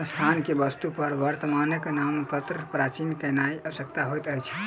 संस्थान के वस्तु पर वर्णात्मक नामपत्र प्रचारित केनाई आवश्यक होइत अछि